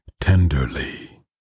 tenderly